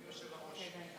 אדוני היושב-ראש.